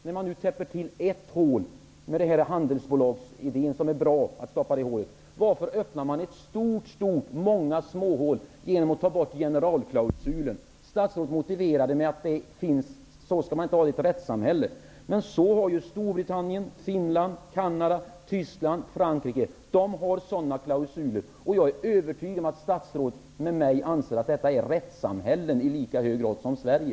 När man nu täpper till ett hål med handelsbolagsidén, som är bra, varför öppnar man då många småhål genom att ta bort generalklausulen? Statsrådet motiverar det med att en sådan klausul kan man inte ha i ett rättssamhälle. Men så har Storbritannien, Finland, Kanada, Tyskland, Frankrike. De länderna har sådana klausuler, och jag är övertygad om att statsrådet med mig anser att de är rättssamhällen i lika hög grad som Sverige.